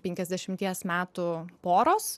penkiasdešimties metų poros